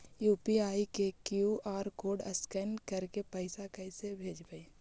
UPI के QR code scan करके पैसा कैसे भेजबइ?